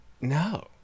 No